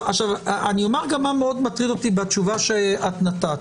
אני אומר גם מה מאוד מטריד אותי בתשובה שאת נתת.